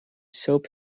soap